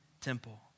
temple